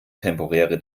temporäre